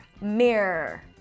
Mirror